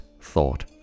thought